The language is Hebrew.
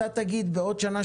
אתה תגיד בעוד שנה,